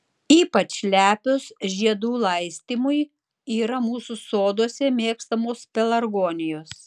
ypač lepios žiedų laistymui yra mūsų soduose mėgstamos pelargonijos